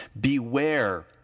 beware